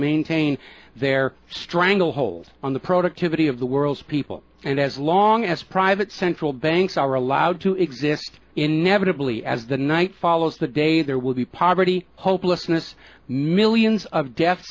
maintain their stranglehold on the productivity of the world's people and as long as private central banks are allowed to exist inevitably as the night follows the day there will be poverty hopelessness millions of death